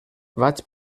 vaig